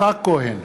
יצחק כהן,